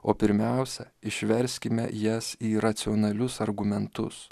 o pirmiausia išverskime jas į racionalius argumentus